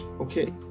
okay